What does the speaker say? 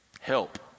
help